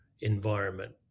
environment